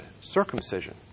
circumcision